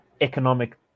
economic